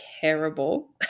terrible